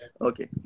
Okay